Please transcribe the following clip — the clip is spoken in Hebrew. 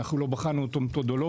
אנחנו לא בחנו אותו מתודולוגית,